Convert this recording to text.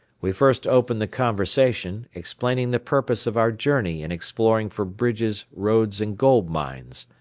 we first opened the conversation, explaining the purpose of our journey in exploring for bridges, roads and gold mines.